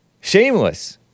Shameless